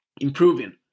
improving